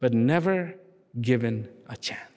but never given a chance